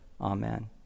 Amen